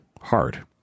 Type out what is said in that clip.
hard